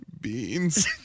Beans